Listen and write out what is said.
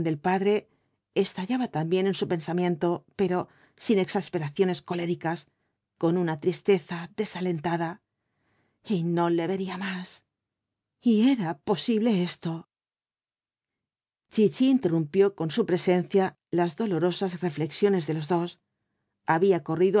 padre estallaba también en su pensamiento pero sin exasperaciones coléricas con una tristeza desalentada y no le vería más y era posible esto chichi interrumpió con su presencia las dolorosas reflexiones de los dos había corrido